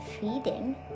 feeding